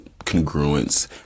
congruence